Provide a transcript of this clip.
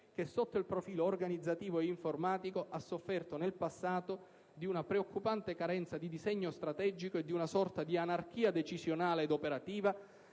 che, sotto il profilo organizzativo e informatico, ha sofferto nel passato di una preoccupante carenza di disegno strategico e di una sorta di anarchia decisionale ed operativa,